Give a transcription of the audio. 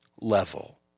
level